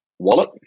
Wallet